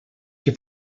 que